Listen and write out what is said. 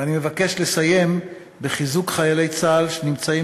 ואני מבקש לסיים בחיזוק חיילי צה"ל שנמצאים